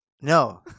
No